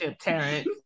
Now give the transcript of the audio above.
Terrence